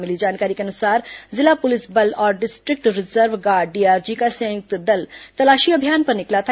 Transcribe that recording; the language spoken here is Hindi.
मिली जानकारी के अनुसार जिला पुलिस बल और डिस्ट्रिक्ट रिजर्व गार्ड डीआरजी का संयुक्त दल तलाशी अभियान पर निकला था